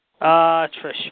Trish